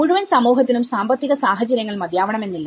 മുഴുവൻ സമൂഹത്തിനും സാമ്പത്തിക സാഹചര്യങ്ങൾ മതിയാവണമെന്നില്ല